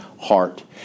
heart